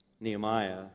Nehemiah